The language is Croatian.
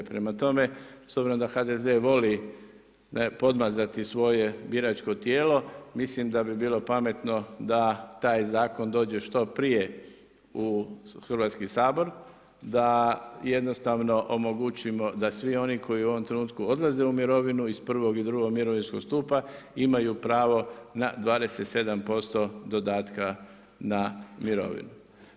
Prema tome, s obzirom da HDZ voli podmazati svoje biračko tijelo, mislim da bi bilo pametno da taj zakon dođe što prije u Hrvatski sabor, da jednostavno omogućimo da svi oni koji u ovom trenutku odlaze u mirovinu iz prvog i drugog mirovinskog stupa imaju pravo na 27% dodatka na mirovinu.